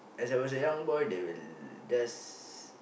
as I was a young boy they will just